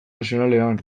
nazionalean